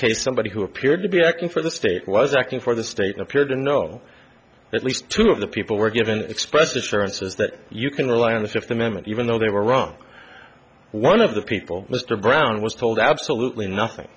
case somebody who appeared to be acting for the state was acting for the state appeared to know at least two of the people were given express assurances that you can rely on the fifth amendment even though they were wrong one of the people mr brown was told absolutely nothing